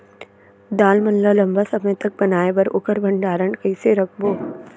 दाल मन ल लम्बा समय तक बनाये बर ओखर भण्डारण कइसे रखबो?